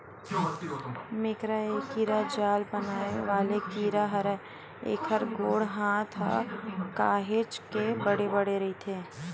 मेकरा ए कीरा जाल बनाय वाले कीरा हरय, एखर गोड़ हात ह काहेच के बड़े बड़े रहिथे